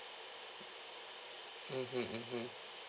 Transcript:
mmhmm mmhmm